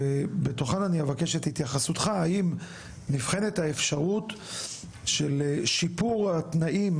ובתוכן אני אבקש את התייחסותך האם נבחנת האפשרות של שיפור התנאים